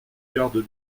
garde